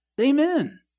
Amen